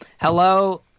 Hello